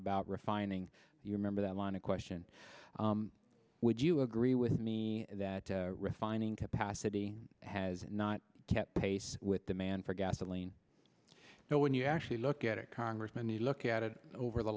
about refining you remember that line of question would you agree with me that refining capacity has not kept pace with demand for gasoline but when you actually look at it congressman you look at it over the